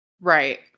Right